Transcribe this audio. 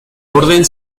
orden